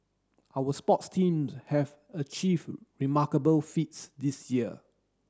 our sports team have achieve remarkable feats this year